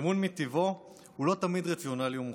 אמון מטבעו הוא לא תמיד רציונלי ומוכח.